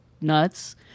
nuts